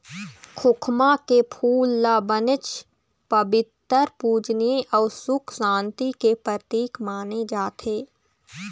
खोखमा के फूल ल बनेच पबित्तर, पूजनीय अउ सुख सांति के परतिक माने जाथे